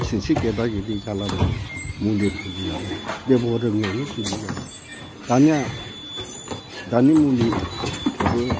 सिनस्रि गेददा गेददि जाला बायो मुलि थुलि होना बेबहार रोङिआवनो बिदि जादों दानिया दानि मुलिफ्राबो